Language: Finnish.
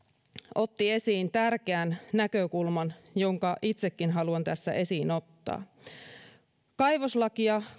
otti esiin tärkeän näkökulman jonka itsekin haluan tässä esiin ottaa kun kaivoslakia